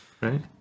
right